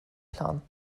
plan